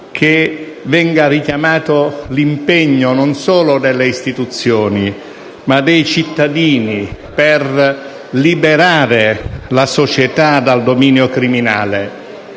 che venga richiamato l'impegno non solo delle istituzioni, ma anche dei cittadini, per liberare la società dal dominio criminale.